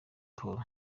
paul